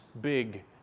big